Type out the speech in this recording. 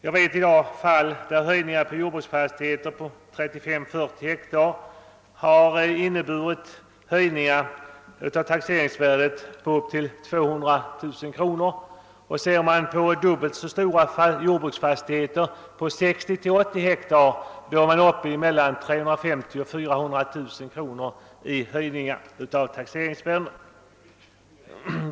Jag vet fall där höjningar på jordbruksfastigheter på 35— 40 hektar inneburit ökade taxeringsvärden med 200000 kronor. För dubbelt så stora jordbruksfastigheter på 60—80 hektar, är man uppe i mellan 350 000 och 400 000 kronor i höjningar av taxeringsvärdet.